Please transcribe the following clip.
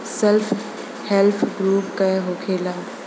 Self help group का होखेला?